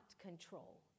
control